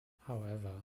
however